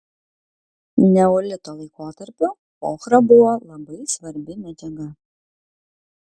neolito laikotarpiu ochra buvo labai svarbi medžiaga